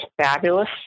fabulous